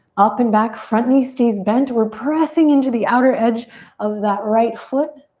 up and back. front knee stays bent. we're pressing into the outer edge of that right foot.